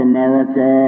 America